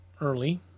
early